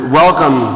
welcome